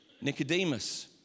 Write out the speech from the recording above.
Nicodemus